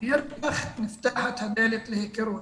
וכך נפתחת הדלת להיכרות.